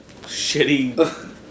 shitty